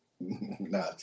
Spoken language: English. Nah